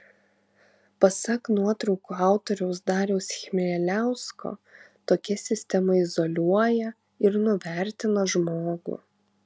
pasak nuotraukų autoriaus dariaus chmieliausko tokia sistema izoliuoja ir nuvertina žmogų